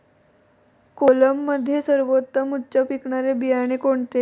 कोलममध्ये सर्वोत्तम उच्च पिकणारे बियाणे कोणते?